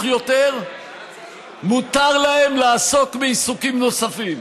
יותר מותר להם לעסוק בעיסוקים נוספים.